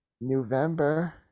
November